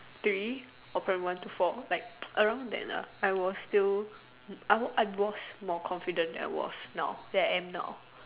three or primary one to four like round there lah I was still I I was more confident than I was now than I am now